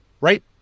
right